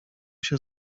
się